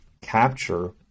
capture